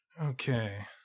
Okay